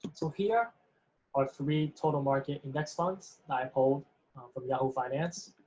so here are three total market index funds that i pulled from yahoo finance,